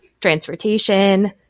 transportation